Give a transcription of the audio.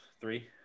Three